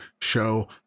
show